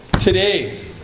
today